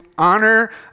Honor